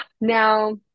Now